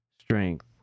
strength